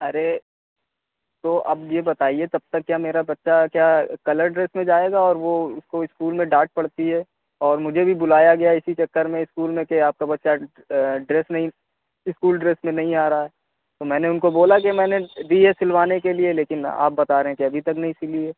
ارے تو اب یہ بتائیے تب تک کیا میرا بچہ کیا کلر ڈریس میں جائے گا اور وہ اس کو اسکول میں ڈانٹ پڑتی ہے اور مجھے بھی بلایا گیا ہے اسی چکر میں اسکول میں کہ آپ کا بچہ ڈریس نہیں اسکول ڈریس میں نہیں آ رہا تو میں نے ان کو بولا کہ میں نے دی ہے سلوانے کے لیے لیکن آپ بتا رہے ہیں کہ ابھی تک نہیں سلی ہے